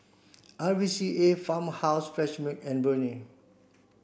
R V C A Farmhouse Fresh Milk and Burnie